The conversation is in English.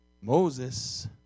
Moses